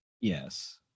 Yes